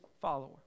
follower